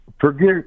forget